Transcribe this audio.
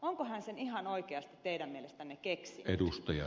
onko hän sen ihan oikeasti teidän mielestänne keksinyt